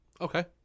Okay